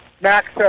Max